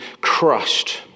crushed